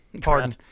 pardon